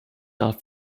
nach